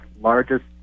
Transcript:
largest